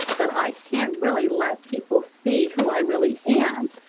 that i can't really let people see who i really am.